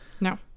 No